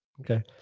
Okay